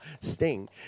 Sting